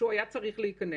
וישלחו לי,